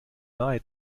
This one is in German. nahe